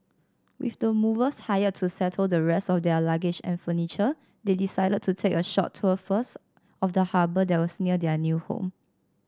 with the movers hired to settle the rest of their luggage and furniture they decided to take a short tour first of the harbour that was near their new home